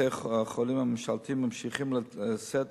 ובתי-החולים הממשלתיים ממשיכים לשאת